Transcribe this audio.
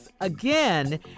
again